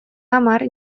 hamar